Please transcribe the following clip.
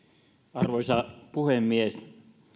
arvoisa puhemies